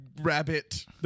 rabbit